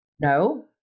No